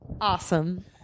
Awesome